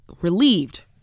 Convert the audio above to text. Relieved